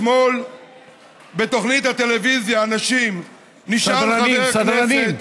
אתמול בתוכנית הטלוויזיה "אנשים", נשאל חבר הכנסת,